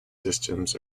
systems